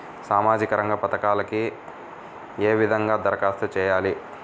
సామాజిక రంగ పథకాలకీ ఏ విధంగా ధరఖాస్తు చేయాలి?